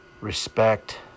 respect